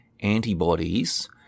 Antibodies